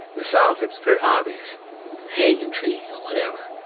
the south, it was very obvious hanging tree or whatever.